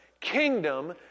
kingdom